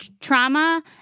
trauma